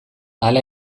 hala